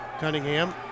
Cunningham